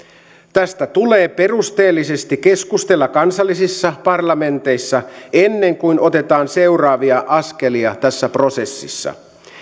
tästä tulee perusteellisesti keskustella kansallisissa parlamenteissa ennen kuin otetaan seuraavia askelia tässä prosessissa